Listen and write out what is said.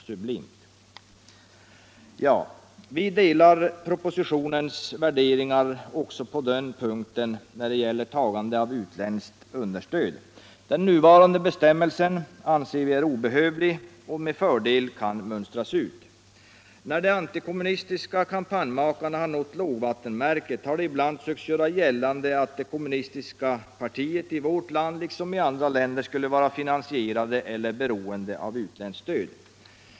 Sublimt.” Vi delar propositionens värderingar också när det gäller tagande av utländskt understöd. Den nuvarande bestämmelsen anser vi är obehövlig och kan med fördel mönstras ut. När de antikommunistiska kampanjmakarna har nått lågvattenmärket har de ibland sökt göra gällande att det kommunistiska partiet i vårt land, liksom i andra länder, skulle vara finansierat eller beroende av utländskt stöd.